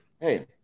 hey